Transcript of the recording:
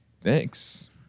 Thanks